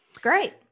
great